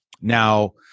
Now